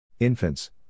Infants